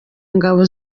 ngabo